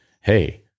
hey